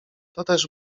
toteż